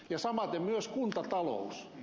ja samaten myös kuntatalous